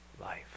life